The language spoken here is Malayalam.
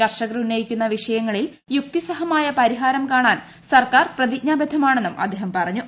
കർഷകർ ഉന്നയിക്കുന്ന വിഷയങ്ങളിൽ യുക്തിസഹമായ പരിഹാരം കാണാൻ സർക്കാർ പ്രതിജ്ഞാബദ്ധമാണെന്നും അദ്ദേഹം പറഞ്ഞു